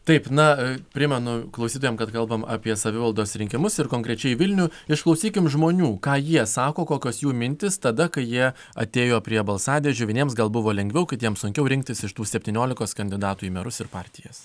taip na primenu klausytojams kad kalbam apie savivaldos rinkimus ir konkrečiai vilnių išklausykim žmonių ką jie sako kokios jų mintys tada kai jie atėjo prie balsadėžių vieniems gal buvo lengviau kitiems sunkiau rinktis iš tų septyniolikos kandidatų į merus ir partijas